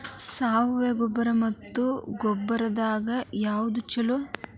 ಸಾವಯವ ಗೊಬ್ಬರ ಮತ್ತ ರಸಗೊಬ್ಬರದಾಗ ಯಾವದು ಛಲೋ?